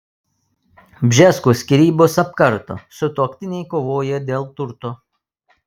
bžeskų skyrybos apkarto sutuoktiniai kovoja dėl turto